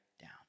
down